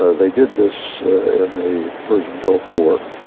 they did this in the persian gulf war,